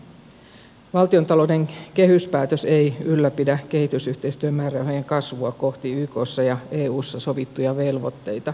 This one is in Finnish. valtiontalouden kehyspäätös ei ylläpidä kehitysyhteistyömäärärahojen kasvua kohti ykssa ja eussa sovittuja velvoitteita